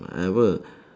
I will